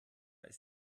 ist